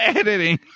editing